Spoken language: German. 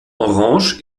orange